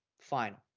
final